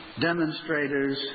demonstrators